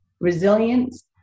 resilience